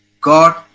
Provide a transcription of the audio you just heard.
God